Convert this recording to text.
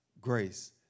grace